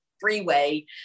freeway